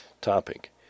topic